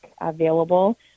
available